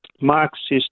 Marxist